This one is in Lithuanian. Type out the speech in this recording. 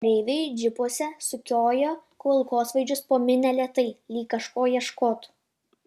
kareiviai džipuose sukioja kulkosvaidžius po minią lėtai lyg kažko ieškotų